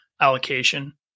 allocation